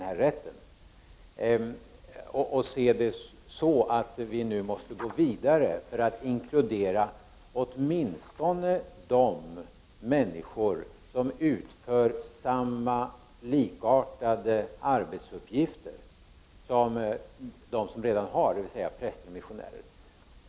Varför inte se det så att vi nu måste gå vidare för att inkludera åtminstone de männi skor som utför samma eller likartade uppgifter som de som redan har barnbidrag, dvs. präster och missionärer.